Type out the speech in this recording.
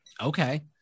Okay